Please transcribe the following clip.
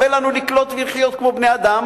לא משהו מפואר מדי,